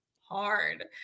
hard